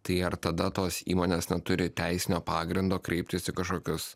tai ar tada tos įmonės neturi teisinio pagrindo kreiptis į kažkokius